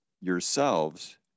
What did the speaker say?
yourselves